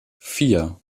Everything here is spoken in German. vier